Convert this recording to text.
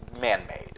man-made